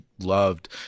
loved